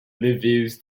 reveals